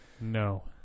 No